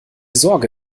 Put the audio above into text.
sorge